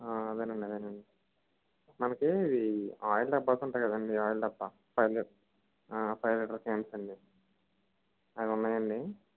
అదేనండి అదేనండి మనకీ ఆయిల్ డబ్బాలు ఉంటాయి కదండీ ఆయిలు డబ్బా five litres five litres cans అండి అవున్నాయండి